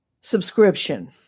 subscription